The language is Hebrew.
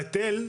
ההיטל,